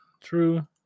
true